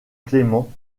clément